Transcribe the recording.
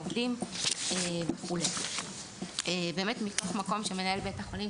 העובדים וכו' באמת מתוך מקום שמנהל בית החולים,